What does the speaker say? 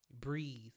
Breathe